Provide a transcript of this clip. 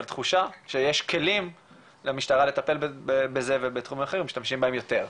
אבל התחושה שיש כלים למשטרה לטפל בזה ובתחום אחר משתמשים בהם יותר.